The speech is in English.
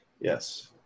Yes